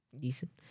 Decent